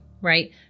Right